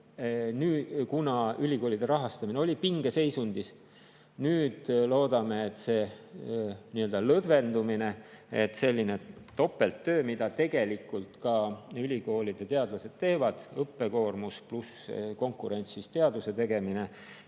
kuna ülikoolide rahastamine oli pingeseisundis. Nüüd loodame, et see nii-öelda lõdvendumine, selline topelttöö, mida tegelikult ka ülikoolide teadlased teevad – õppekoormus pluss konkurentsis teaduse tegemine